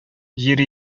җир